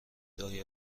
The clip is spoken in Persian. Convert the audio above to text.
دائره